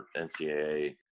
NCAA